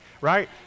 right